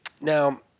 Now –